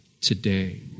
today